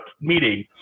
meeting